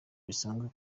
bisanzwe